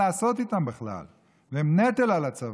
המון חיילים שאין להם מה לעשות איתם בכלל והם נטל על הצבא.